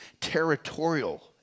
territorial